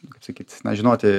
nu kaip sakyt na žinoti